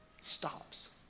stops